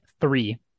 three